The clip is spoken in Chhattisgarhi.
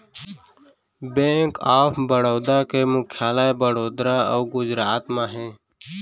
बेंक ऑफ बड़ौदा के मुख्यालय बड़ोदरा अउ गुजरात म हे